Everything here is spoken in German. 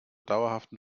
dauerhaften